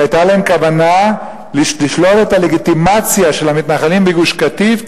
כי היתה להם כוונה לשלול את הלגיטימציה של המתנחלים בגוש-קטיף,